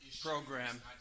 program